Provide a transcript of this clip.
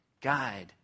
guide